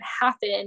happen